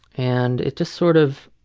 and it just sort of